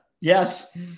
Yes